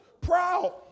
proud